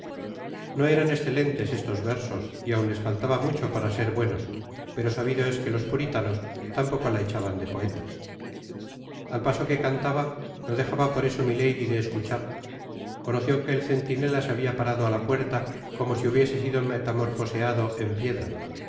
no eran escelentes estos versos y aun les faltaba mucho para ser buenos pero sabido es que los puritanos tampoco la echaban de poetas al paso que cantaba no dejaba por eso milady de escuchar conoció que el centi nela se habia parado á la puerta como si hubiese sido metamorfosado en piedra por